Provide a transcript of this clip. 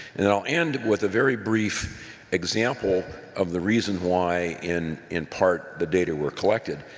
and i'll end with a very brief example of the reason why in in part the data were collected,